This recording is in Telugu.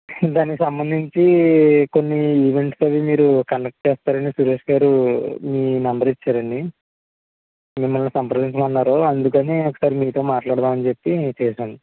దానికి సంబంధించి కొన్ని ఈవెంట్స్ అవి మీరు కండక్ట్ చేస్తారని సురేష్ గారు మీ నెంబరిచ్చారండి మిమ్మల్ని సంప్రదించమన్నారు అందుకని ఒకసారి మీతో మాట్లాడుదామని చెప్పి చేసాను